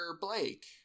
Blake